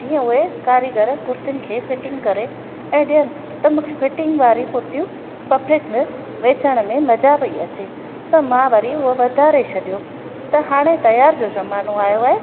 जीअं उहे कारीगर कुर्तियुनि खे फिटिंग करे ऐं ॾियनि त मूंखे फिटिंग वारी कुर्तियूं परफेक्ट में वेचण में मज़ा पई अचे त मां वरी उहा वधारे छॾियो त हाणे त्योहार जो ज़मानो आयो आहे